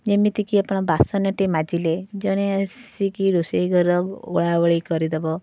ଯେମିତିକି ଆପଣ ବାସନଟିଏ ମାଜିଲେ ଜଣେ ଆସିକି ରୋଷେଇ ଘର ଓଳାଓଳି କରିଦବ